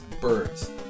birds